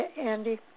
Andy